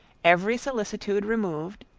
every solicitude removed,